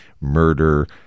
murder